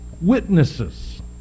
witnesses